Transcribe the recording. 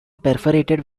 perforated